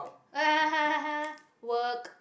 work